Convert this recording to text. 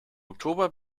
oktober